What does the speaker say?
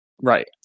right